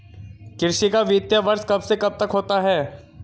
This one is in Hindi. कृषि का वित्तीय वर्ष कब से कब तक होता है?